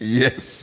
yes